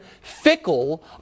fickle